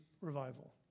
revival